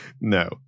No